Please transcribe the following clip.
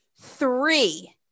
three